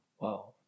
Wow